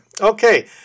Okay